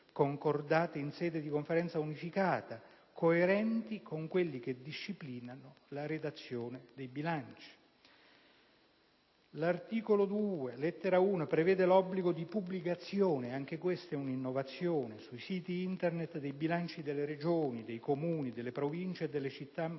concordati in sede di Conferenza unificata, coerenti con quelli che disciplinano la redazione dei bilanci. L'articolo 2, comma 2, lettera *i)*, prevede l'obbligo di pubblicazione - anche questa è un'innovazione - sui siti Internet dei bilanci delle Regioni, dei Comuni, delle Province e delle Città